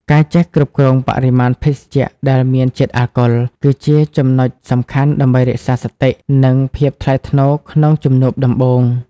ការចេះគ្រប់គ្រងបរិមាណភេសជ្ជៈដែលមានជាតិអាល់កុល គឺជាចំណុចសំខាន់ដើម្បីរក្សាសតិ និងភាពថ្លៃថ្នូរក្នុងជំនួបដំបូង។